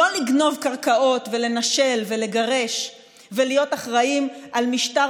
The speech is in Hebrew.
לא לגנוב קרקעות ולנשל ולגרש ולהיות אחראים על משטר